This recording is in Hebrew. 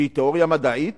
שהיא תיאוריה מדעית